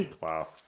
Wow